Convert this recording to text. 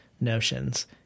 notions